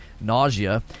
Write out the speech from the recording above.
nausea